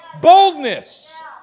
Boldness